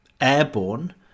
airborne